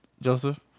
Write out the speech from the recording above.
joseph